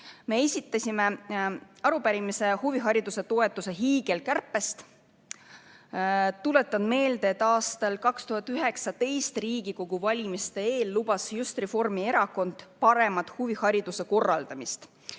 Me esitasime arupärimise huvihariduse toetuse hiigelkärpe kohta. Tuletan meelde, et aastal 2019 Riigikogu valimiste eel lubas Reformierakond paremat huvihariduse korraldamist.